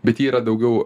bet ji yra daugiau